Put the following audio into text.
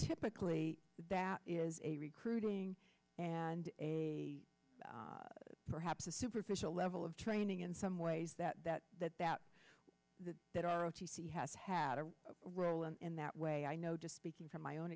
typically that is a recruiting and a perhaps a superficial level of training in some ways that that that that that that our o t c has had a role in that way i know just speaking from my own